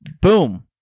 Boom